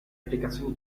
applicazioni